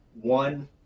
one